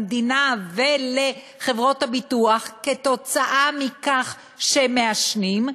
למדינה ולחברות הביטוח כתוצאה מכך שמעשנים,